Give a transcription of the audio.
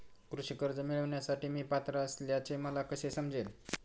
कृषी कर्ज मिळविण्यासाठी मी पात्र असल्याचे मला कसे समजेल?